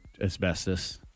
Asbestos